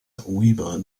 weber